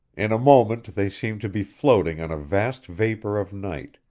in a moment they seemed to be floating on a vast vapor of night,